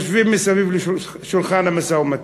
יושבים מסביב לשולחן המשא-ומתן.